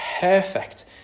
perfect